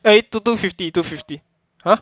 eh tw~ two fifty two fifty !huh!